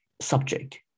subject